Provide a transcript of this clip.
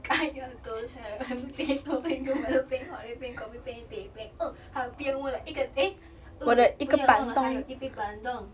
kaya toast 还有两杯 teh O 还有一杯 milo 冰 horlick 冰 kopi 冰 teh 冰 uh 还有不要忘了一个 eh uh 不要忘了还有一杯 bandung